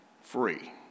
free